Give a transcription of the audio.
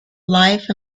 life